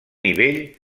nivell